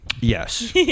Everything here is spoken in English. Yes